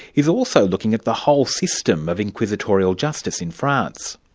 is also looking at the whole system of inquisitorial justice in france.